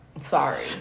sorry